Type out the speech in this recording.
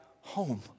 home